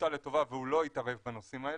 שאופתע לטובה והוא לא יתערב בנושאים האלה,